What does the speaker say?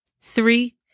Three